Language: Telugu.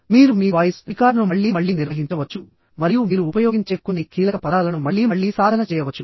మీరు మీ వాయిస్ రికార్డ్ను మళ్లీ మళ్లీ నిర్వహించవచ్చు మరియు మీరు ఉపయోగించే కొన్ని కీలక పదాలను మళ్లీ మళ్లీ సాధన చేయవచ్చు